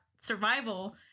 survival